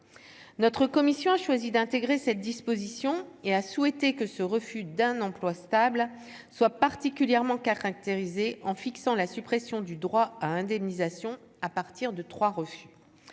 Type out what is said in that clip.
notre commission a choisi d'intégrer cette disposition et a souhaité que ce refus d'un emploi stable soient particulièrement caractérisée en fixant la suppression du droit à indemnisation à partir de 3 refus,